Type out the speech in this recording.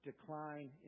decline